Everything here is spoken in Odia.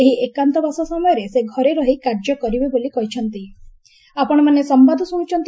ଏହି ଏକାନ୍ତ ବାସ ସମୟରେ ସେ ଘରେ ରହି କାର୍ଯ୍ୟ କରିବେ ବୋଲି କହିଚ୍ଚନ୍ତି